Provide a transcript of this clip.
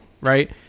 right